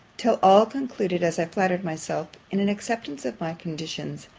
till all concluded, as i flattered myself, in an acceptance of my conditions,